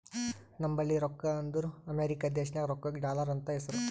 ನಂಬಲ್ಲಿ ರೊಕ್ಕಾ ಅಂದುರ್ ಅಮೆರಿಕಾ ದೇಶನಾಗ್ ರೊಕ್ಕಾಗ ಡಾಲರ್ ಅಂತ್ ಹೆಸ್ರು